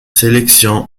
sélections